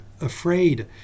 afraid